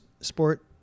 sport